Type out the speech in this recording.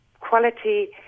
quality